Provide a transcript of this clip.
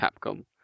Capcom